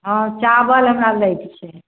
हँ चावल हमरा लैके छै